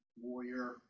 warrior